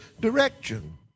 direction